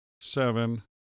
seven